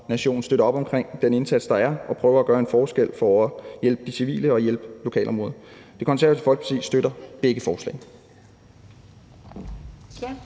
nation støtter op omkring den indsats, der er, og prøver at gøre en forskel for at hjælpe de civile og hjælpe i lokalområdet. Det Konservative Folkeparti støtter begge forslag.